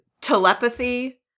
telepathy